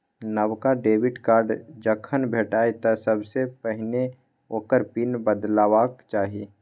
नबका debit card जखन भेटय तँ सबसे पहिने ओकर पिन बदलबाक चाही